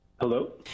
Hello